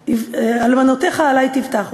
"ואלמנתיך עלי תבטחו",